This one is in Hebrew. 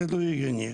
זה לא הגיוני.